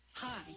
Hi